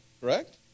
Correct